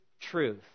truth